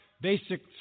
basic